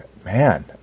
man